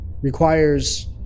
requires